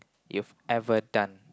you've ever done